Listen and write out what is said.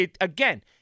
Again